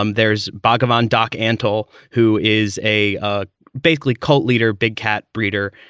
um there's bhagavan doc antle, who is a ah basically cult leader, big cat breeder,